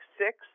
six